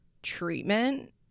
treatment